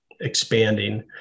expanding